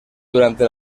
durante